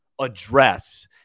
address